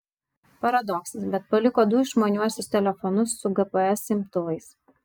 paradoksas bet paliko du išmaniuosius telefonus su gps imtuvais